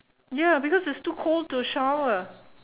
ya because it's too cold to shower